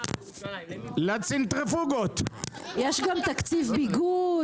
ונתחדשה בשעה 21:51.) אני רק רוצה להגיד ששלחתי מכתב ליו"ר ועדת הכנסת,